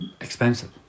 expensive